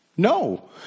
No